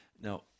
Now